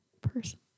Person